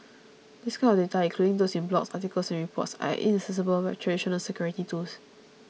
this kind of data including those in blogs articles and reports are inaccessible by traditional security tools